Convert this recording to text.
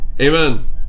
Amen